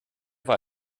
war